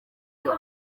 byo